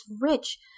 rich